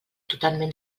totalment